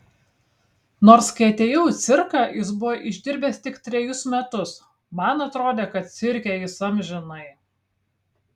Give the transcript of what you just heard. nors kai atėjau į cirką jis buvo išdirbęs tik trejus metus man atrodė kad cirke jis amžinai